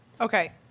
Okay